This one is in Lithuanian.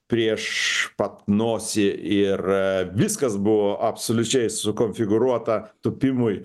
prieš pat nosį ir viskas buvo absoliučiai sukonfigūruota tūpimui